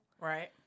Right